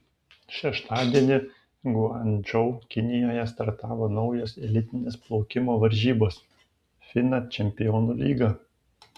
šeštadienį guangdžou kinijoje startavo naujos elitinės plaukimo varžybos fina čempionų lyga